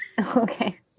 Okay